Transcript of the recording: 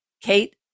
Kate